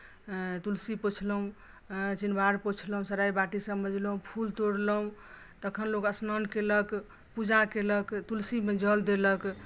तुलसी पोछलहुॅं चिनबार पोछलहुॅं सराय बाटी सब मजलहुॅं फूल तोरलहुॅं तखन लोक स्नान कयलक पूजा कयलक तुलसी मे जल देलक